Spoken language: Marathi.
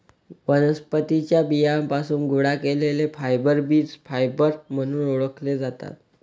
वनस्पतीं च्या बियांपासून गोळा केलेले फायबर बीज फायबर म्हणून ओळखले जातात